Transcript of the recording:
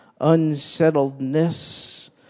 unsettledness